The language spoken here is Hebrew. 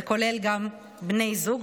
זה כולל גם בני זוג,